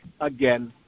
again